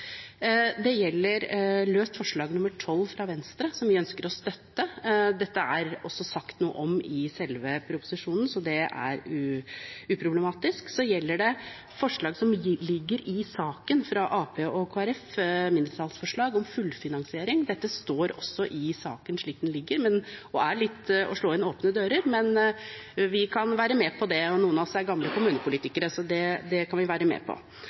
Det gjelder det løse forslaget nr. 12, fra Venstre, som vi ønsker å støtte. Dette er det sagt noe om også i selve proposisjonen, så det er uproblematisk. Så gjelder det et forslag som ligger i saken, fra Arbeiderpartiet og Kristelig Folkeparti, et mindretallsforslag om fullfinansiering. Dette står også i saken slik den ligger, så det er litt som å slå inn åpne dører, men vi kan være med på det. Noen av oss er gamle kommunepolitikere, så det kan vi være med på.